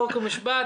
חוק ומשפט,